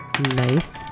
Nice